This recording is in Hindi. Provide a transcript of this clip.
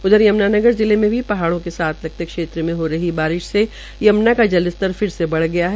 उधर यम्नानगर जिले में भी पहाड़ों के साथ लगते क्षेत्र में हो रही बारिश से यम्ना का जलस्तर फिर से बढ़ गया है